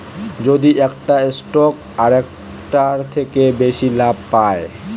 যদি একটা স্টক আরেকটার থেকে বেশি লাভ পায়